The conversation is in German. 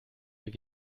die